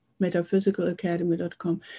metaphysicalacademy.com